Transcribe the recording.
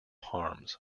harms